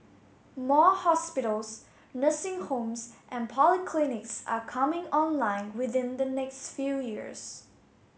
more hospitals nursing homes and polyclinics are coming online within the next few years